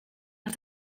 has